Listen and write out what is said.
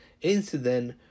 incident